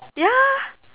yeah